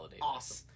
Awesome